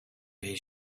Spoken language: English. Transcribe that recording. his